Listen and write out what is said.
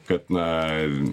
kad na